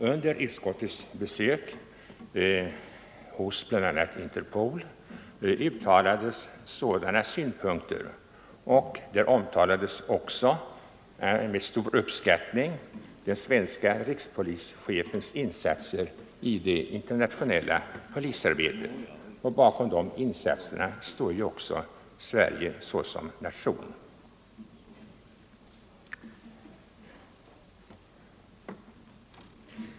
Under utskottets besök hos bl.a. Interpol uttalades den uppfattningen, och man talade också med stor uppskattning om den svenska rikspolischefens insatser i det internationella polisarbetet. Bakom de insatserna står ju också Sverige som nation.